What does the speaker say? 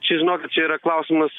čia žinokit čia yra klausimas